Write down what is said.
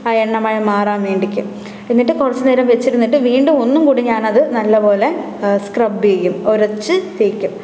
ആ എണ്ണമയം മാറാൻ വേണ്ടിക്ക് എന്നിട്ട് കുറച്ചു നേരം വെച്ചിരുന്നിട്ട് വീണ്ടും ഒന്നും കൂടി ഞാൻ അതു നല്ലതു പോലെ സ്ക്രബ് ചെയ്യും ഉരച്ചു തേക്കും